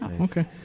Okay